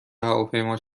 هواپیما